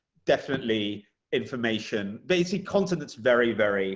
definitely information basically content that's very, very